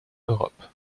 europe